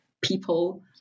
people